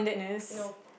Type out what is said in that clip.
no